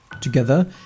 Together